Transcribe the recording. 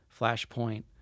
flashpoint